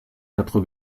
quatre